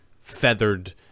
feathered